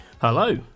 Hello